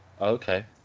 okay